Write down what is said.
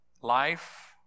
Life